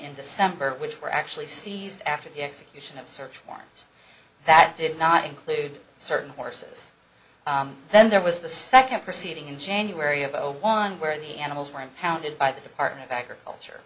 in december which were actually seized after the execution of search warrants that did not include certain horses then there was the second proceeding in january of zero one where the animals were impounded by the department of agriculture